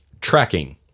tracking